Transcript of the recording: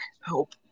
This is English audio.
Help